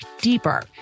deeper